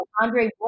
Andre